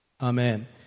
Amen